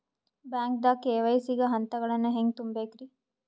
ಬ್ಯಾಂಕ್ದಾಗ ಕೆ.ವೈ.ಸಿ ಗ ಹಂತಗಳನ್ನ ಹೆಂಗ್ ತುಂಬೇಕ್ರಿ?